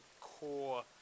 core